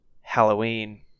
Halloween